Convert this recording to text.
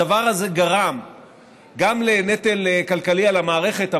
הדבר הזה גרם גם לנטל כלכלי על המערכת,